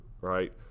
right